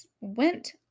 went